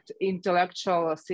intellectual